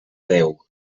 deu